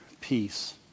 peace